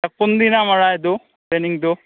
অঁ কোনদিনা মাৰা সেইটো প্লেনিংটো